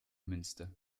münster